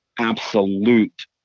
absolute